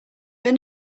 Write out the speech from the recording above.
but